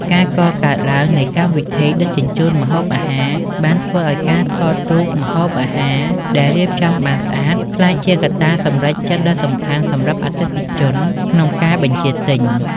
ការកកើតឡើងនៃកម្មវិធីដឹកជញ្ជូនម្ហូបអាហារ បានធ្វើឱ្យការថតរូបម្ហូបអាហារដែលរៀបចំបានស្អាត ក្លាយជាកត្តាសម្រេចចិត្តដ៏សំខាន់សម្រាប់អតិថិជនក្នុងការបញ្ជាទិញ។